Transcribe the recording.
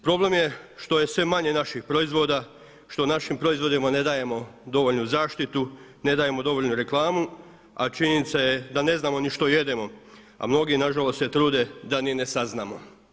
Problem je što je sve manje naših proizvoda, što našim proizvodima ne dajemo dovoljnu zaštitu, ne dajemo dovoljnu reklamu a činjenica je da ne znamo ni što jedemo a mnogi nažalost se trude da niti ne saznamo.